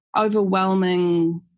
overwhelming